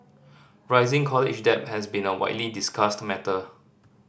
rising college debt has been a widely discussed matter